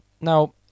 Now